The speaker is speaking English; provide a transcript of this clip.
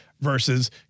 versus